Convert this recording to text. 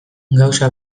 gauza